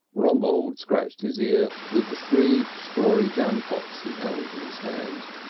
rumbold scratched his ear with the three strawy jampots he held in his hand.